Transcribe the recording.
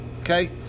okay